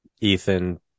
ethan